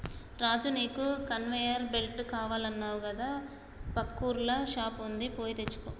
రాజు నీకు conveyor belt కావాలన్నావు కదా పక్కూర్ల షాప్ వుంది పోయి తెచ్చుకో